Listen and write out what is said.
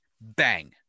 bang